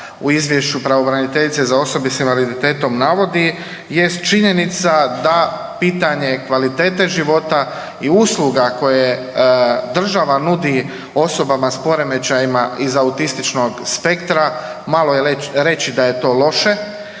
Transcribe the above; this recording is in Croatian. u izvješću pravobraniteljice za osobe s invaliditetom navodi jest činjenica da pitanje kvalitete života i usluga koje država nudi osobama s poremećaja iz autističnog spektra malo je reći da je to loše.